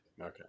Okay